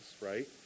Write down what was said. right